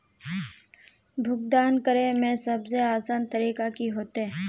भुगतान करे में सबसे आसान तरीका की होते?